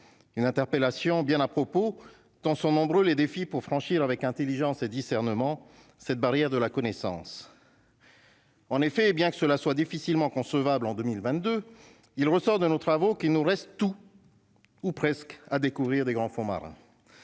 une interpellation bien à propos, tant sont nombreux les défis pour franchir avec Intelligence et discernement, cette barrière de la connaissance. En effet, bien que cela soit difficilement concevable en 2022, il ressort de nos travaux, qu'il nous reste tout. Ou presque, à découvrir des grands fonds marins,